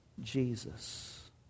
Jesus